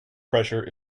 pressure